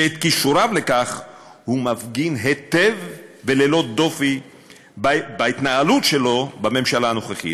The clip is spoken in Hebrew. ואת כישוריו לכך הוא מפגין היטב וללא דופי בהתנהלות שלו בממשלה הנוכחית.